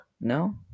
No